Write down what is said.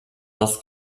das